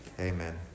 Amen